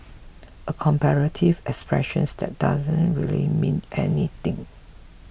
a comparative expression that doesn't really mean anything